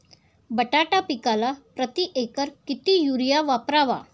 बटाटा पिकाला प्रती एकर किती युरिया वापरावा?